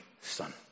son